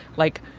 like,